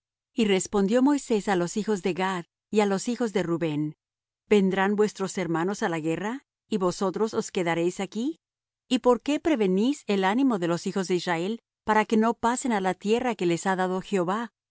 y respondió moisés á los hijos de gad y á los hijos de rubén vendrán vuestros hermanos á la guerra y vosotros os quedaréis aquí y por qué prevenís el ánimo de los hijos de israel para que no pasen á la tierra que les ha dado jehová